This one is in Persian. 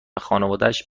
خانوادش